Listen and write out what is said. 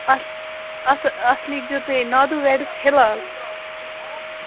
اَتھ اَتھ اَتھ لیکھۍ زیو تُہۍ نادوٗ ویڈِس ہِلال